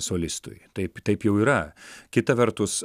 solistui taip taip jau yra kita vertus